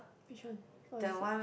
which one what was it